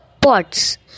Pots